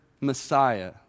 Messiah